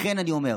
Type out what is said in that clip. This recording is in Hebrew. לכן אני אומר,